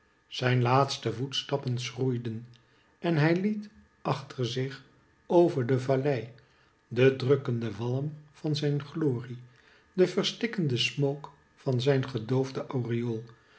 zijn laatste voetstappen schroeiden en hij liet achter zich over de vallei den drukkenden walm van zijn glorie den verstikkenden smook van zijn gedoofden aureool